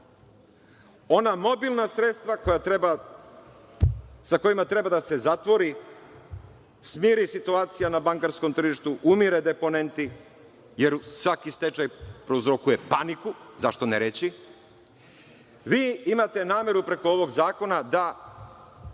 mobilna sredstva sa kojima treba da se zatvori, smiri situacija na bankarskom tržištu, umire deponenti, jer svaki stečaj prouzrokuje paniku, zašto to ne reći, vi imate nameru preko ovog zakona da